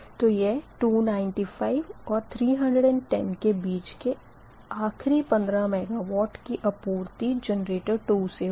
तो यह 295 और 310 के बीच के आख़िरी 15 MW की आपूर्ति जेनरेटर 2 से होगी